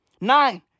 Nine